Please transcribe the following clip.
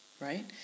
right